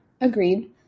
agreed